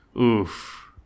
Oof